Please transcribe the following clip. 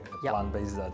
plant-based